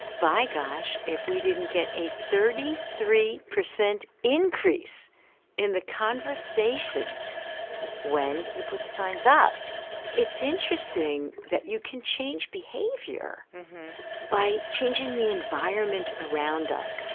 by gosh, if we didn't get a thirty three percent increase in the conversations when you put the signs up it's interesting that you can change behavior by changing the environment around us.